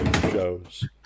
shows